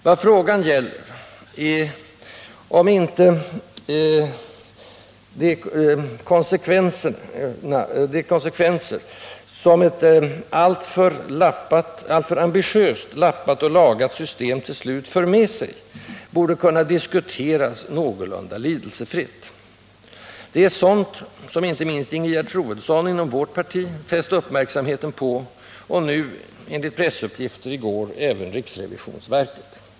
Vad frågan gäller är om inte också de konsekvenser som ett alltför ambitiöst lappat och lagat system till slut för med sig borde kunna diskuteras någorlunda lidelsefritt. Det är sådant som inte minst Ingegerd Troedsson inom vårt parti fäst uppmärksamheten på — och nu, enligt pressuppgifter i går, även riksrevisionsverket.